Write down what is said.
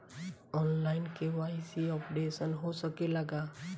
आन line KYC updation हो सकेला का?